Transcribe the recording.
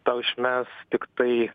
tau išmes tiktai